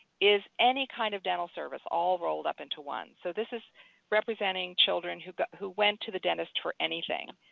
is any kind of dental service all rolled up into one. so this is representing children who who went to the dentist for anything.